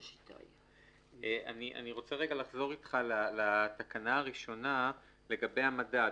אני רוצה לחזור איתך לתקנה הראשונה לגבי המדד.